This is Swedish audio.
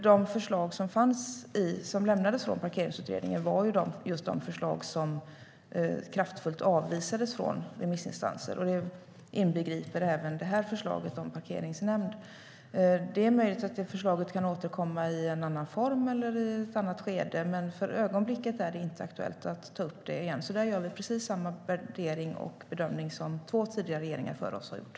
De förslag som lämnades av Parkeringsutredningen var just de förslag som kraftigt avvisades från remissinstanserna, och det inbegriper även det här förslaget om parkeringsnämnd. Det är möjligt att det förslaget kan återkomma i en annan form eller i ett annat skede, men för ögonblicket är det inte aktuellt att ta upp det igen. Där gör vi precis samma värdering och bedömning som två tidigare regeringar har gjort.